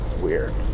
weird